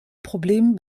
problem